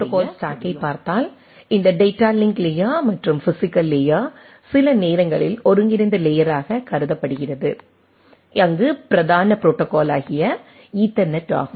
எனவே நாம் ப்ரோடோகால் ஸ்டேக்கைப் பார்த்தால் இந்த டேட்டா லிங்க் லேயர் மற்றும் பிஸிக்கல் லேயர் சில நேரங்களில் ஒருங்கிணைந்த லேயராக கருதப்படுகிறது அங்கு பிரதான ப்ரோடோகாலாகிய ஈதர்நெட் ஆகும்